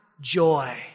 joy